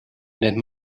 nennt